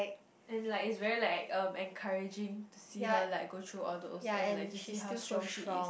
and like is very like uh encouraging to see her like go through all those and like to see how strong she is